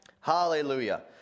Hallelujah